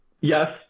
Yes